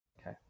Okay